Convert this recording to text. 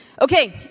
Okay